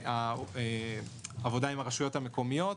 עבודה עם הרשויות המקומיות.